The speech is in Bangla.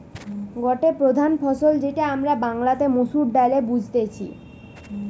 গটে প্রধান ফসল যেটা আমরা বাংলাতে মসুর ডালে বুঝতেছি